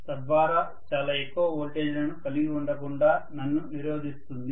తద్వారా చాలా ఎక్కువ వోల్టేజ్లను కలిగి ఉండకుండా నన్ను నిరోధిస్తుంది